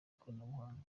ikoranabuhanga